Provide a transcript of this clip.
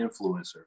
influencer